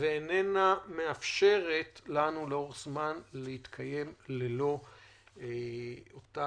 ואיננה מאפשרת לנו להתקיים לאורך זמן ללא אותה